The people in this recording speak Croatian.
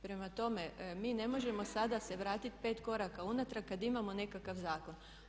Prema tome, mi ne možemo sada se vratiti pet koraka unatrag kad imamo nekakav zakon.